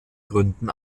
gründen